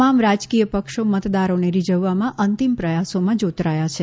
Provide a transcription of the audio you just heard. તમામ રાજકીય પક્ષો મતદારોને રીઝવવામાં અંતિમ પ્રયાસોમાં જોતરાયા છે